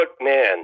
man